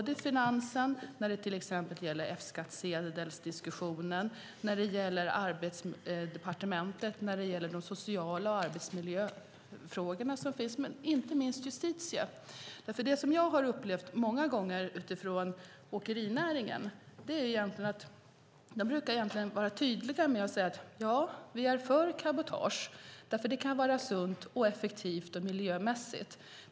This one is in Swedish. Det är Finansen när det till exempel gäller F-skattsedelsdiskussionen, Arbetsmarknadsdepartementet när det gäller de sociala frågorna och de arbetsmiljöfrågor som finns med och inte minst Justitiedepartementet. Det som jag har upplevt många gånger är att man inom åkerinäringen egentligen brukar vara tydlig med att säga: Ja, vi är för cabotage därför att det kan vara sunt, effektivt och miljömässigt.